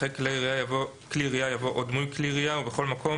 אחרי "כלי ירייה" יבוא "או דמוי כלי ירייה" ובכל מקום,